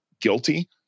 guilty